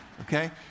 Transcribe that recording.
Okay